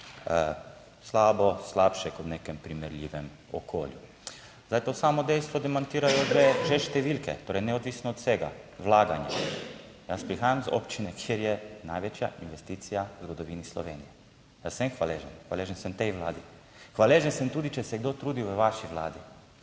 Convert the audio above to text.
slabo, slabše kot v nekem primerljivem okolju. Zdaj to samo dejstvo demantirajo že številke. Torej, neodvisno od vsega vlaganja. Jaz prihajam iz občine, kjer je največja investicija v zgodovini Slovenije. Jaz sem hvaležen, hvaležen sem tej vladi, hvaležen sem tudi, če se je kdo trudil v vaši vladi.